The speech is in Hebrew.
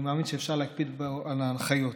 אני מאמין שאפשר להקפיד על ההנחיות.